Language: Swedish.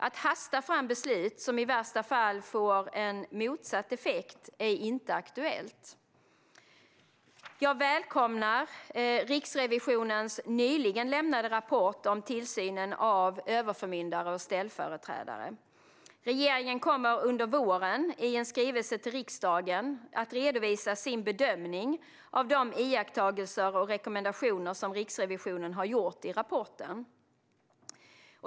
Att hasta fram beslut som i värsta fall får motsatt effekt är inte aktuellt. Jag välkomnar Riksrevisionens nyligen lämnade rapport om tillsynen av överförmyndare och ställföreträdare. Regeringen kommer under våren att i en skrivelse till riksdagen redovisa sin bedömning av de iakttagelser och rekommendationer som Riksrevisionen har gjort i rapporten.